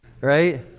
Right